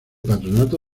patronato